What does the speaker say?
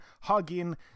hugging